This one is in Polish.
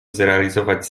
zrealizować